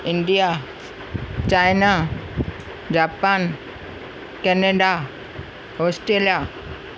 India China Japan Canada Australia